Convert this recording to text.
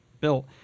built